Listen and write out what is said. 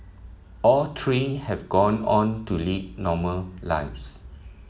all three have gone on to lead normal lives